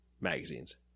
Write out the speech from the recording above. magazines